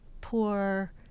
poor